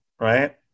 right